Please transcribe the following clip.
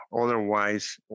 Otherwise